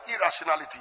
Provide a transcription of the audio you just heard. irrationality